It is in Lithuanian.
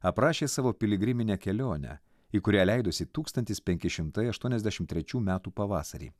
aprašė savo piligriminę kelionę į kurią leidosi tūkstantis penki šimtai aštuoniasdešimt trečių metų pavasarį